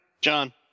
John